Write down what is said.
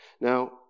Now